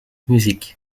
music